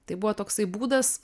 tai buvo toksai būdas